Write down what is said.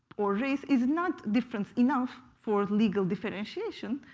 or race is not different enough, for legal differentiation,